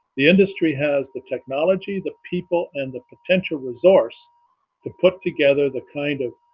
the industry has the technology the people and the potential resource to put together the kind of